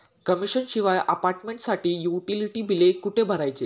Commission शिवाय अपार्टमेंटसाठी utility बिले कुठे भरायची?